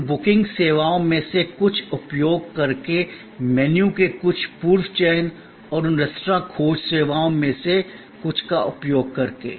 उन बुकिंग सेवाओं में से कुछ का उपयोग करके मेनू के कुछ पूर्व चयन और उन रेस्तरां खोज सेवाओं में से कुछ का उपयोग करके